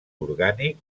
orgànic